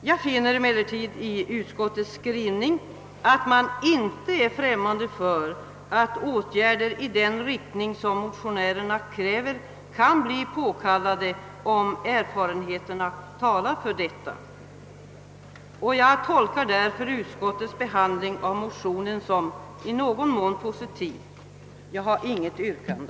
Jag finner emellertid av utskottets skrivning att utskottet inte är främmande för att åtgärder i den riktning som motionärerna kräver kan bli påkallade, om erfarenheterna talar för detta. Jag tolkar därför utskottets behandling av motionen såsom i någon mån positiv. Jag har inget yrkande.